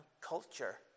culture